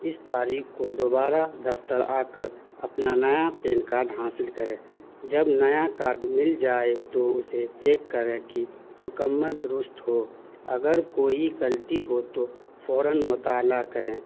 اس تاریخ کو دوبارہ دفتر آ کر اپنا نیا پین کارڈ حاصل کریں جب نیا کارڈ مل جائے تو اسے چیک کریں کہ مکمل درست ہو اگر کوئی غلطی ہو تو فوراً مطالعہ کریں